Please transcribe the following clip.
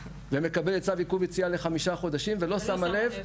ומקבלת צו עיכוב יציאה לחמישה חודשים ולא שמה לב,